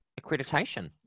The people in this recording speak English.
accreditation